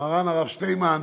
מרן הרב שטיינמן,